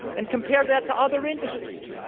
and compare that to other industries.